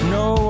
no